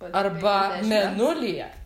arba mėnulyje